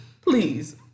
please